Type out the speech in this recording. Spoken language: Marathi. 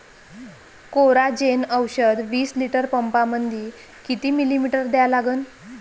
कोराजेन औषध विस लिटर पंपामंदी किती मिलीमिटर घ्या लागन?